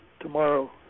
tomorrow